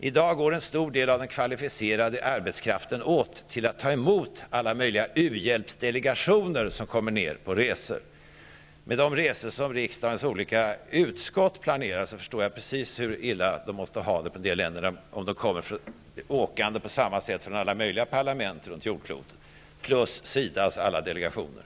I dag går en stor del av den kvalificerade arbetskraften åt till att ta emot alla möjliga u-hjälpsdelegationer som kommer på besök. Med de resor som riksdagens olika utskott planerar förstår jag precis hur illa de måste ha det i dessa länder, om det kommer människor åkande i samma utsträckning från alla möjliga parlament runt jordklotet, och dessutom tillkommer SIDA:s alla delegationer.